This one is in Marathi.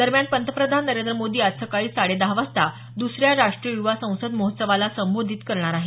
दरम्यान पंतप्रधान नरेंद्र मोदी आज सकाळी साडे दहा वाजता दुसऱ्या राष्ट्रीय युवा संसद महोत्सवाला संबोधित करणार आहेत